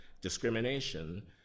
discrimination